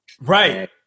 Right